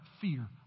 fear